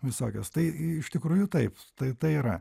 visokios tai iš tikrųjų taip tai tai yra